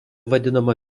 vadinama